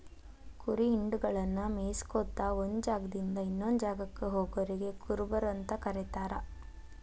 ಕುರಿ ಹಿಂಡಗಳನ್ನ ಮೇಯಿಸ್ಕೊತ ಒಂದ್ ಜಾಗದಿಂದ ಇನ್ನೊಂದ್ ಜಾಗಕ್ಕ ಹೋಗೋರಿಗೆ ಕುರುಬರು ಅಂತ ಕರೇತಾರ